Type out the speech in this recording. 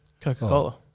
Coca-Cola